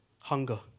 hunger